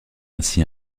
ainsi